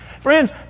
Friends